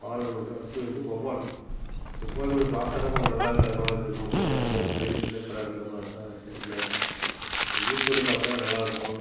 பாறை மீன் முடிஞ்சால் அடுத்தது வந்து வௌவால் வௌவால் மீன் பார்க்க தான் கொஞ்சம் நல்லா இருக்காத மாதிரி இருக்கும் மற்றது ஷேப் சைஸில் கலரில் பார்த்தா ஷேப்பில் பட் யூஸ் பண்ணி பார்த்தா நல்லா இருக்கும்